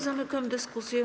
Zamykam dyskusję.